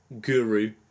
guru